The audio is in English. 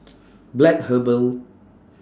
Black Herbal